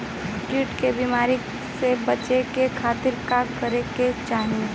कीट के बीमारी से बचाव के खातिर का करे के चाही?